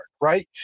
right